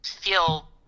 feel